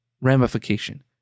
ramification